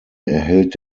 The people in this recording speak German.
erhält